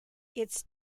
its